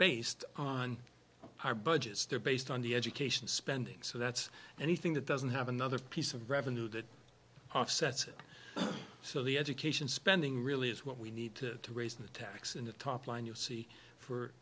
based on our budgets they're based on the education spending so that's anything that doesn't have another piece of revenue that offsets it so the education spending really is what we need to raise the tax in the top line you'll see for